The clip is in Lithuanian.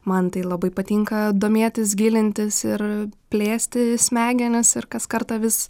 man tai labai patinka domėtis gilintis ir plėsti smegenis ir kas kartą vis